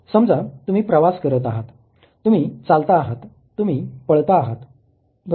समजा तुम्ही प्रवास करत आहात तुम्ही चालता आहात तुम्ही पळता आहात बरोबर